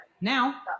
Now